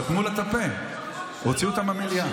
סתמו לה את הפה, הוציאו אותה מהמליאה.